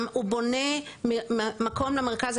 גם הוא בונה מקום למרכז.